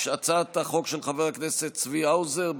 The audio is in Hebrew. הצעת החוק של חבר הכנסת צבי האוזר,